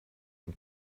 این